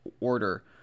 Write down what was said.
Order